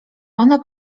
ona